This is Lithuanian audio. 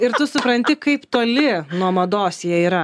ir tu supranti kaip toli nuo mados jie yra